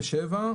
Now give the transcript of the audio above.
"67.